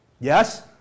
Yes